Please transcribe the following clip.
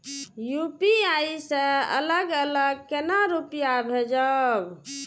UPI से अलग अलग केना रुपया भेजब